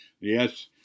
Yes